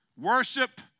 Worship